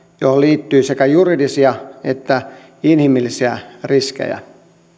johon liittyy sekä juridisia että inhimillisiä riskejä